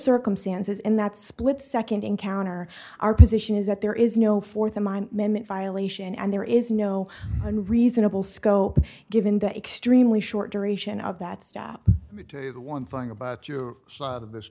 circumstances in that split second encounter our position is that there is no for the mind violation and there is no reasonable scope given the extremely short duration of that stop me to say one thing about your side of this